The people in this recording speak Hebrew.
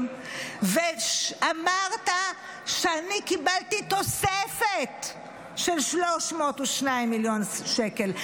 ואמרת שאני קיבלתי תוספת של 302 מיליון שקל.